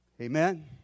Amen